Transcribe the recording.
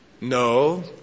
No